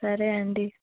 సరే అండి